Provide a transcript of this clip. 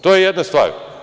To je jedna stvar.